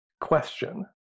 question